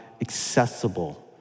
accessible